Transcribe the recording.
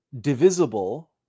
divisible